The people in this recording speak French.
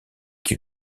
qui